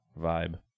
vibe